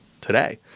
today